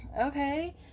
okay